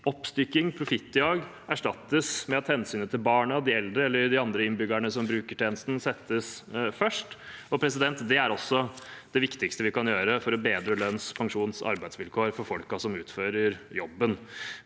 oppstykking og profittjag erstattes med at hensynet til barna, de eldre eller de andre innbyggerne som bruker tjenestene, settes først. Det er også det viktigste vi kan gjøre for å bedre lønns-, pensjons- og arbeidsvilkårene for folkene som utfører jobben.